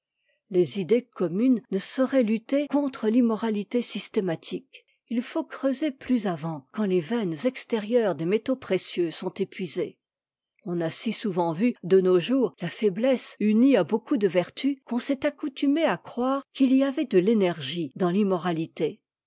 les idées communes ne sauraient lutter contre l'immoralité systématique il faut creuser plus avant quand les veines extérieures des métaux précieux sont épuisées on a si souvent vu de nos jours la faiblesse unie à beaucoup de vertu qu'on s'est accoutumé à croire qu'il y avait de l'énergie dans l'immoralité